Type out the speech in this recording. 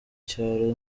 cyaro